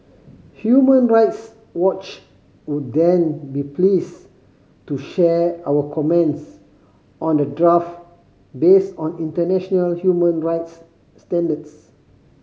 Human Rights Watch would then be pleased to share our comments on the draft based on international human rights standards